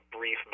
brief